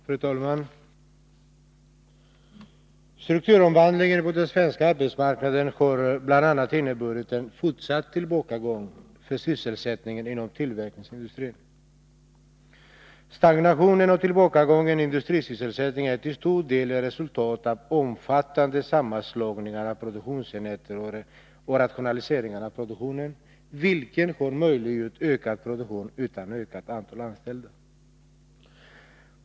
Fru talman! Strukturomvandlingen på den svenska arbetsmarknaden har bl.a. inneburit en fortsatt tillbakagång för sysselsättningen inom tillverkningsindustrin. Stagnationen och tillbakagången i industrisysselsättningen är till stor del ett resultat av omfattande sammanslagningar av produktionsenheter och rationaliseringar av produktionen, vilket har möjliggjort ökad produktion utan ökat antal anställda.